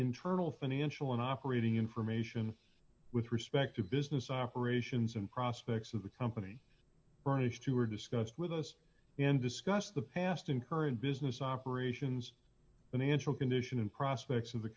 internal financial and operating information with respect to business operations and prospects of the company burnished who were discussed with us and discussed the past in current business operations financial condition and prospects of the